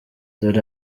dore